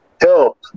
help